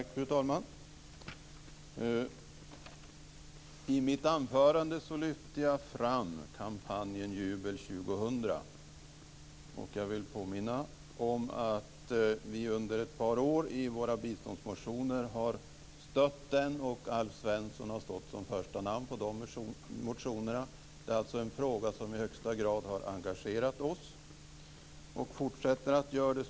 Fru talman! I mitt anförande lyfte jag fram kampanjen Jubel 2000. Jag vill påminna om att vi under ett par år i våra biståndsmotioner har stött den kampanjen och att Alf Svensson har stått som första namn på de motionerna. Det är alltså en fråga som i högsta grad har engagerat oss och som fortsätter att engagera oss.